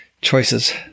choices